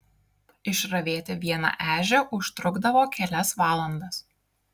išravėti vieną ežią užtrukdavo kelias valandas